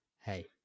hey